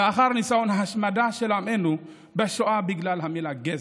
לאחר ניסיון ההשמדה של עמנו בשואה בגלל המילה "גזע".